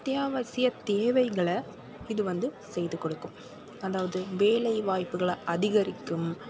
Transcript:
அத்தியாவசிய தேவைகளை இது வந்து செய்து கொடுக்கும் அதாவது வேலை வாய்ப்புகளை அதிகரிக்கும்